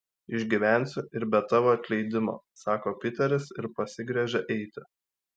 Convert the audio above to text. išgyvensiu ir be tavo atleidimo sako piteris ir pasigręžia eiti